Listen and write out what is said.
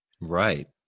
Right